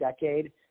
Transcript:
decade